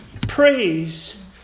praise